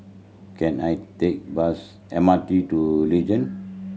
can I take bus M R T to Legend